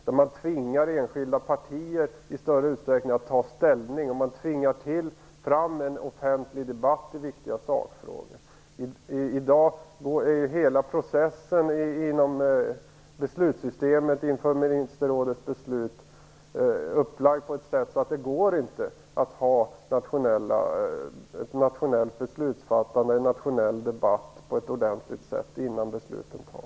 Man skulle tvinga enskilda partier att ta ställning och tvinga fram en debatt i viktiga sakfrågor. I dag är hela processen inför ministerrådets beslut upplagt på ett sådant sätt att det inte går att ha ett nationellt beslutsfattande och ordentliga nationella debatter innan besluten fattas.